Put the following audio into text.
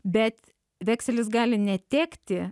bet vekselis gali netekti